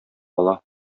ала